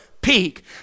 peak